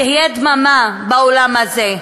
תהיה דממה באולם הזה.